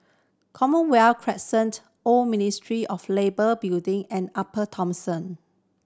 Commonwealth Crescent Old Ministry of Labour Building and Upper Thomson